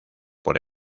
por